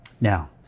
Now